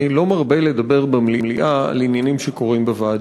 אני לא מרבה לדבר במליאה על עניינים שקורים בוועדות,